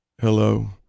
hello